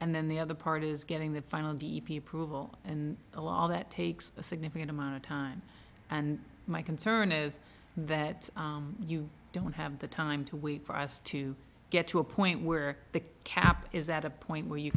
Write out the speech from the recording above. and then the other part is getting the final v p approval and a law that takes a significant amount of time and my concern is that you don't have the time to wait for us to get to a point where the cap is that a point where you